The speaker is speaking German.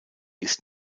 ist